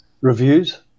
reviews